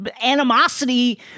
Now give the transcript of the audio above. animosity